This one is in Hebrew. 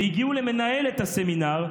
והגיעו למנהלת הסמינר,